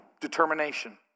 Determination